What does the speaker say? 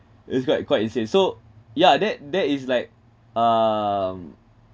it's quite quite insane so yeah that that is like um